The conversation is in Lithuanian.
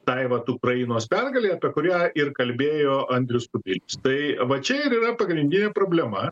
tai vat ukrainos pergalei apie kurią ir kalbėjo andrius kubilius tai va čia ir yra pagrindinė problema